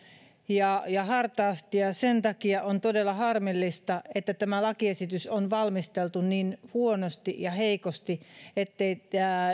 ja hartaasti ja sen takia on todella harmillista että tämä lakiesitys on valmisteltu niin huonosti ja heikosti ja se